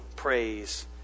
Praise